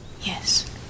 Yes